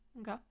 Okay